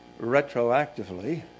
retroactively